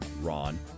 Ron